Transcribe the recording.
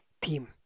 team